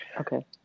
Okay